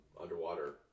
underwater